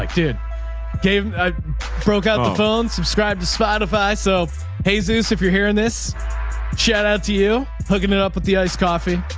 like, dude, i broke out the phone, subscribe to spotify. so hey zeus, if you're hearing this shout out to you, hooking it up with the iced coffee.